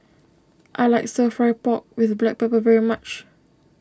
I like Stir Fry Pork with Black Pepper very much